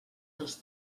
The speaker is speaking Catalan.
dels